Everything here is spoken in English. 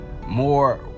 more